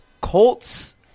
Colts